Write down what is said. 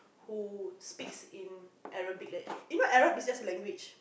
who speaks in Arabic like you know Arab is just like language